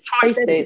choices